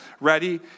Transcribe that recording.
ready